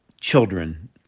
children